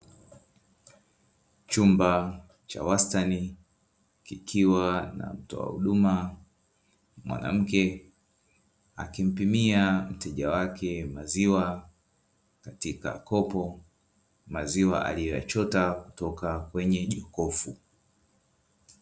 Chumba cha wastani, kikiwa na mtoa huduma mwanamke, akimpimia mteja wake maziwa katika kopo, maziwa aliyoyachota kutoka kwenye jokofu.